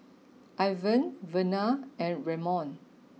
Irvin Vernal and Ramon